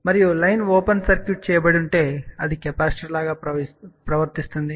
మరియు line open circuit చేయబడి ఉంటే అది కెపాసిటర్ లాగా ప్రవర్తిస్తుంది